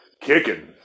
kicking